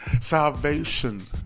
Salvation